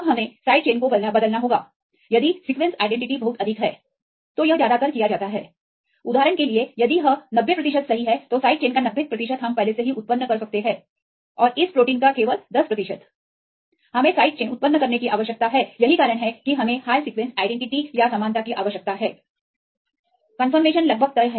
अब हमें side chain को बदलना होगा यदि सीक्वेंसआईडेंटिटी बहुत अधिक है तो यह ज्यादातर किया जाता है उदाहरण के लिए यदि यह 90 प्रतिशत सही है तो साइड चेन का 90 प्रतिशत हम पहले से ही उत्पन्न कर सकते हैं और इस प्रोटीन का केवल 10 प्रतिशत हमें साइड चेन उत्पन्न करने की आवश्यकता है यही कारण है कि हमें हाय सीक्वेंसआईडेंटिटी या समानता की आवश्यकता है ये मामला लगभग कन्फर्मेशन लगभग तय